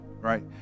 right